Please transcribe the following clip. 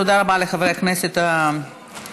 תודה רבה לחברי הכנסת השואלים.